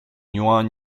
yuan